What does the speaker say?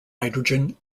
hydrogen